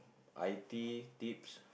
I T tips